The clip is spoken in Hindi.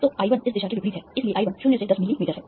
तो I1 इस दिशा के विपरीत है इसलिए I1 शून्य से 10 मिलीमीटर है